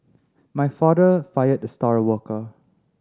my father fired the star worker